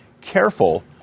careful